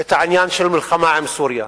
את העניין של מלחמה עם סוריה.